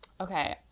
okay